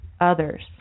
Others